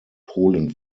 polen